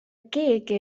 keegi